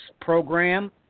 program